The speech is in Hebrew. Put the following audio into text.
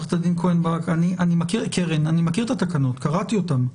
אני מכיר את התקנות, קראתי אותן.